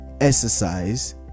exercise